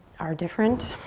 are different.